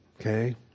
Okay